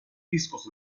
discos